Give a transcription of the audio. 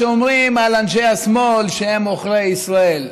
אומרים על אנשי השמאל שהם עוכרי ישראל,